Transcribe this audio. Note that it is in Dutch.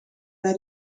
bij